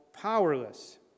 powerless